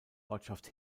ortschaft